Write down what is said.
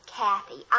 Kathy